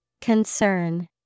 Concern